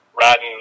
riding